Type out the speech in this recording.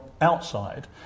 outside